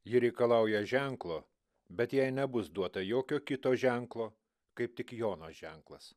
ji reikalauja ženklo bet jai nebus duota jokio kito ženklo kaip tik jono ženklas